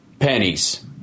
pennies